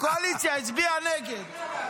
הקואליציה הצביעה נגד.